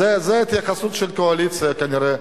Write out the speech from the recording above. זאת ההתייחסות של הקואליציה, כנראה.